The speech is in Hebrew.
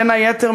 בין היתר,